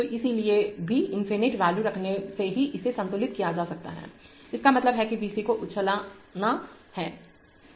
तो इसके लिए भी इनफिनिट अनंत वैल्यू रखने से ही इसे संतुलित किया जा सकता है इसका मतलब है कि Vc को उछलना है